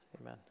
Amen